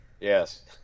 Yes